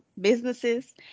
businesses